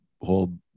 whole